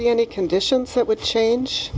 be any conditions that would change